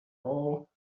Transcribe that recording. all